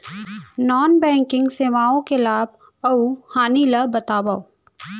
non banking सेवाओं के लाभ अऊ हानि ला बतावव